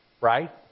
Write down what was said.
right